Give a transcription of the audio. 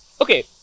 Okay